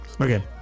okay